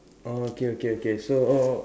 orh okay okay okay so oh oh